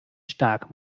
stark